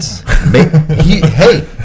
Hey